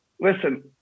listen